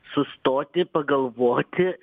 sustoti pagalvoti